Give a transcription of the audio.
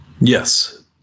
Yes